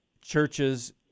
churches